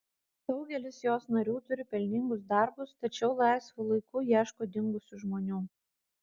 daugelis jos narių turi pelningus darbus tačiau laisvu laiku ieško dingusių žmonių